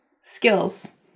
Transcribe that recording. skills